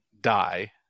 die